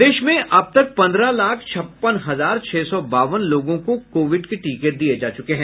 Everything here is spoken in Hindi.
प्रदेश में अब तक पन्द्रह लाख छप्पन हजार छह सौ बावन लोगों को कोविड के टीके दिये जा चुके हैं